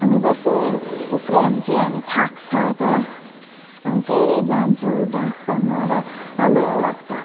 हाम्रो बेसी उफ्रियो चाहिँ हामी थाक्छ तर हामी फेरि जान्छौँ डान्स गर्नु र रमाइलो लाग्छ